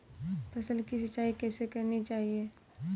फसल की सिंचाई कैसे करनी चाहिए?